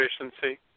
efficiency